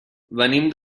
venim